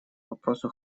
вопросу